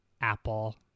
Apple